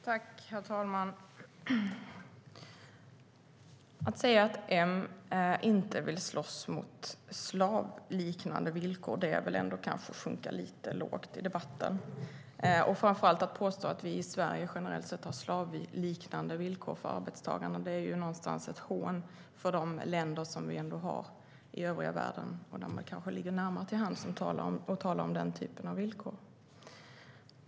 Herr talman! Att säga att M inte vill slåss mot slavliknande villkor är väl ändå att sjunka lite lågt i debatten, och framför allt att påstå att vi i Sverige generellt sett har slavliknande villkor för arbetstagarna. Det är ju någonstans ett hån mot de länder i övriga världen som kanske ligger närmare till hands när vi talar om den typen av villkor.